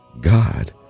God